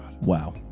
Wow